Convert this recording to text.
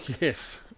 Yes